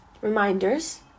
reminders